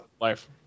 life